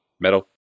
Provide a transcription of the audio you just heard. metal